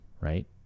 right